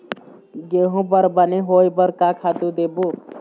गेहूं हर बने होय बर का खातू देबो?